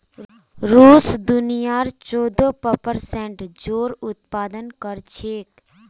रूस दुनियार चौदह प्परसेंट जौर उत्पादन कर छेक